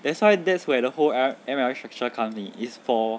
that's why that's where the whole M_L_M structure come in it's for